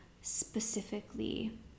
specifically